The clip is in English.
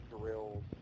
drills